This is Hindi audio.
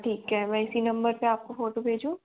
ठीक है मैं इसी नंबर पर आप को फ़ोटो भेजूँ